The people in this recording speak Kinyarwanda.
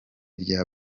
rya